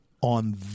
on